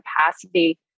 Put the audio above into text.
capacity